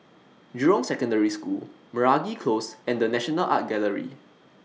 Jurong Secondary School Meragi Close and The National Art Gallery